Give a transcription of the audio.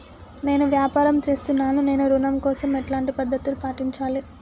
నేను వ్యాపారం చేస్తున్నాను నేను ఋణం కోసం ఎలాంటి పద్దతులు పాటించాలి?